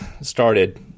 started